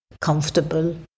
comfortable